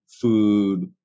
food